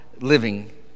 living